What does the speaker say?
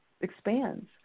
expands